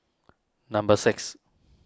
number six